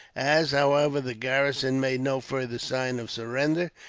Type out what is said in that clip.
as, however, the garrison made no further sign of surrender,